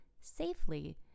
safely